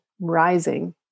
rising